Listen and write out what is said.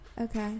Okay